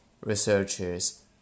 researchers